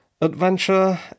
Adventure